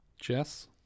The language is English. Jess